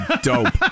Dope